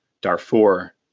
Darfur